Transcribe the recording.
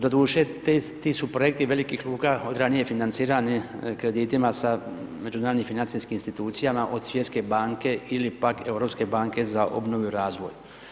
Doduše, ti su projekti velikih luka od ranije financirani kreditima sa međunarodnim financijskim institucijama, od Svjetske banke ili pak Europske banke za obnovu i razvoj.